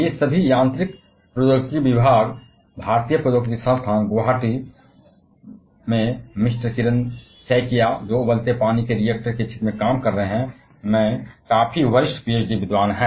वे सभी mechanical engineering विभाग IIT Guwahati mister Kiran Saikia जो कि उबलते पानी के रिएक्टरों के क्षेत्र में काम कर रहे हैं में काफी वरिष्ठ पीएचडी विद्वान हैं